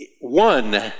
one